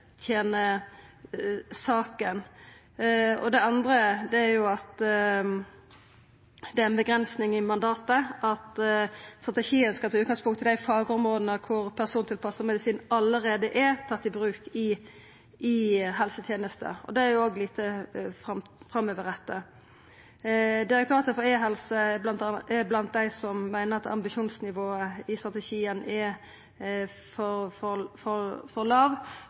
tener saka. Det andre er at det er ei avgrensing i mandatet at strategien skal ta utgangspunkt i dei fagområda der persontilpassa medisin allereie er tatt i bruk i helsetenesta. Det er lite framoverretta. Direktoratet for e-helse er blant dei som meiner ambisjonsnivået i strategien er for